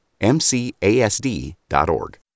MCASD.org